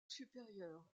supérieur